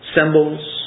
symbols